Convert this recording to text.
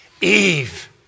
Eve